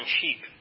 sheep